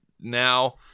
now